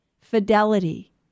Fidelity